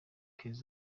linah